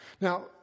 Now